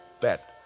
bet